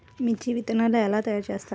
మిర్చి విత్తనాలు ఎలా తయారు చేస్తారు?